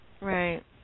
Right